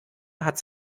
hat